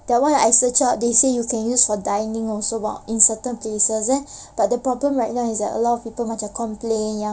that one I searched up they say you can use for dining also in certain places then but the problem right now is that a lot of people macam complain